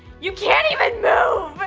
you can't even you know